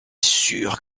sûr